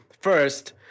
First